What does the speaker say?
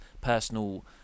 personal